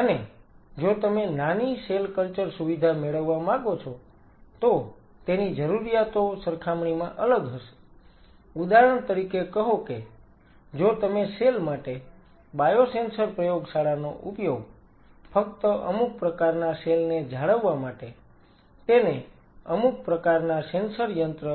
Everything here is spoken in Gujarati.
અને જો તમે નાની સેલ કલ્ચર સુવિધા મેળવવા માંગો છો તો તેની જરૂરિયાતો સરખામણીમાં અલગ હશે ઉદાહરણ તરીકે કહો કે જો તમે સેલ માટે બાયોસેન્સર પ્રયોગશાળાનો ઉપયોગ ફક્ત અમુક પ્રકારના સેલ ને જાળવવા માટે તેને અમુક પ્રકારના સેન્સર યંત્ર